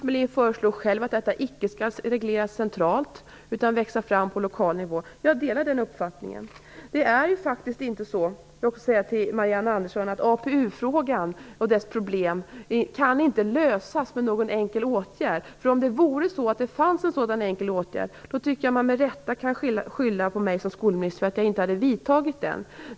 Han föreslår själv att detta icke skall regleras centralt. I stället skall det växa fram på lokal nivå. Jag delar den uppfattningen. Till Marianne Andersson vill jag säga att APU frågan och de problemen inte kan lösas med en enkel åtgärd. Om det fanns en sådan enkel åtgärd tycker jag att man med rätta skulle kunna beskylla mig som skolminister för att inte ha vidtagit den åtgärden.